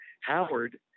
Howard